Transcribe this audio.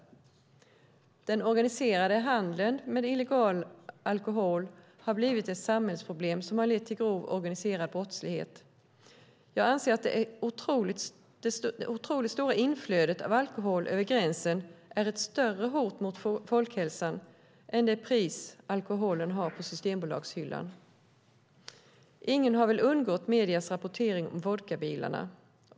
Den organiserade handeln med illegal alkohol har blivit ett samhällsproblem som har lett till grov organiserad brottslighet. Jag anser att det otroligt stora inflödet av alkohol över gränsen är ett större hot mot folkhälsan än det pris alkoholen har på systembolagshyllan. Ingen har väl undgått mediernas rapportering om vodkabilarna.